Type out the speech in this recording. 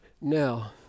Now